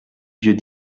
lieux